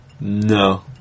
No